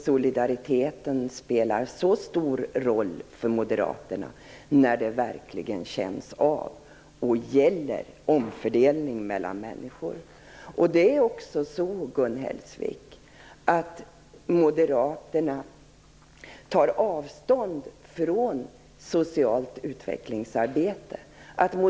Solidariteten spelar inte så stor roll för moderaterna när de verkligen berörs och när den innebär omfördelning mellan människor. Moderaterna tar avstånd från socialt utvecklingsarbete.